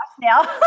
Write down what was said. now